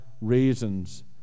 reasons